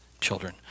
children